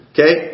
Okay